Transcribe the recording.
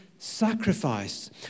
sacrifice